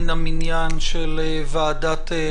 ברוכות וברוכים הבאים לישיבה הראשונה מן המניין של ועדת החוקה.